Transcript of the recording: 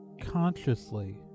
consciously